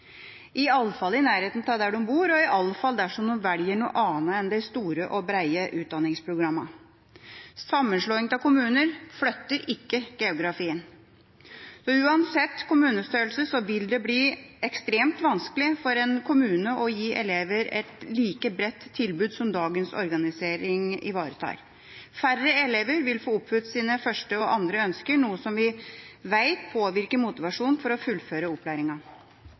iallfall i nærheten av der de bor, og iallfall dersom de velger noe annet enn de store og brede utdanningsprogrammene. Sammenslåing av kommuner flytter ikke geografien. Uansett kommunestørrelse vil det bli ekstremt vanskelig for en kommune å gi elever et like bredt tilbud som dagens organisering ivaretar. Færre elever vil få oppfylt sine første og andre ønsker, noe vi vet påvirker motivasjonen for å fullføre